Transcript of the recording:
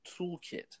toolkit